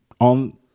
on